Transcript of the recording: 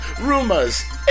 rumors